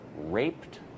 raped